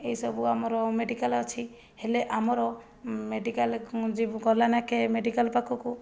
ଏଇସବୁ ଆମର ମେଡ଼ିକାଲ ଅଛି ହେଲେ ଆମର ମେଡ଼ିକାଲ ଯିବୁ ଗଲା ନାଖେ ମେଡ଼ିକାଲ ପାଖକୁ